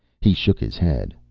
he shook his head.